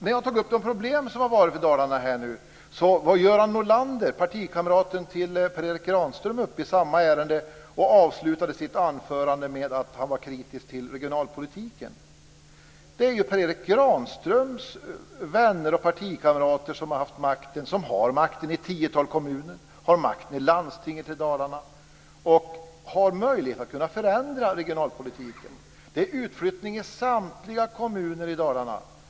När jag tog upp de problem som har varit i Dalarna var Göran Norlander, partikamrat till Per Erik Granström, uppe i samma ärende och avslutade sitt anförande med att säga att han var kritisk till regionalpolitiken. Det är ju Per Erik Granströms vänner och partikamrater som har makten i ett tiotal kommuner och i landstinget i Dalarna. De har ju möjlighet att förändra regionalpolitiken. Det sker en utflyttning från samtliga kommuner i Dalarna.